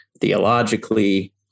theologically